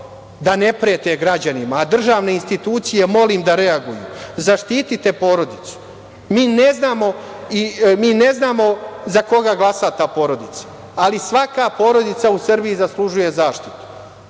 da ne prete građanima, a državne institucije molim da reaguju, zaštite porodicu. Mi ne znamo za koga glasa ta porodica, ali svaka porodica u Srbiji zaslužuje zaštitu. Onda,